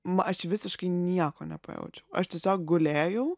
ma aš visiškai nieko nepajaučiau aš tiesiog gulėjau